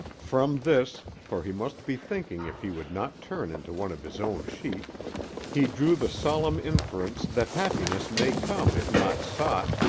from this for he must be thinking if he would not turn into one of his own sheep he drew the solemn inference that happiness may come if not sought,